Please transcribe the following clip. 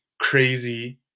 crazy